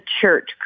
church